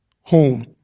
home